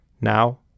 Now